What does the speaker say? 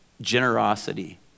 generosity